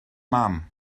mam